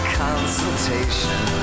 consultation